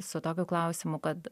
su tokiu klausimu kad